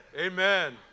Amen